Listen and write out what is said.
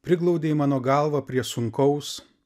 priglaudei į mano galvą prie sunkaus